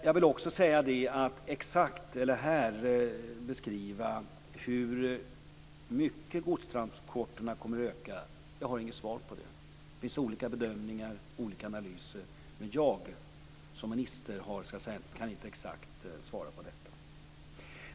Jag vill också säga att jag inte har något svar på exakt hur mycket godstransporterna kommer att öka. Det finns olika bedömningar, olika analyser. Jag som minister kan inte svara exakt på detta.